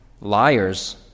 Liars